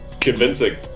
Convincing